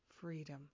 freedom